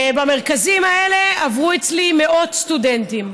ובמרכזים האלה עברו אצלי מאות סטודנטים.